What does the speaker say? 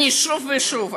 אני שוב ושוב,